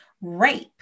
rape